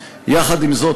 יחד עם זאת,